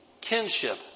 kinship